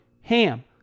HAM